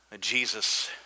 Jesus